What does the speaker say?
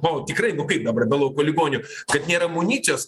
o tikrai bukai dabar be lauko ligonių kad nėra amunicijos